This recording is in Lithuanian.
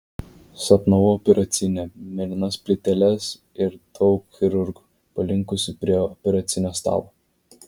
sapnavau operacinę mėlynas plyteles ir daug chirurgų palinkusių prie operacinio stalo